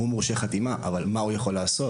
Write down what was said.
הוא מורשה חתימה, אבל מה הוא יכול לעשות?